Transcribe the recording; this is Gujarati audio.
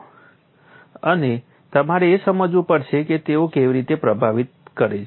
અને તમારે એ સમજવું પડશે કે તેઓ કેવી રીતે પ્રભાવિત કરે છે